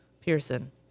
Pearson